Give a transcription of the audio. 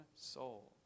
soul